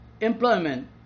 employment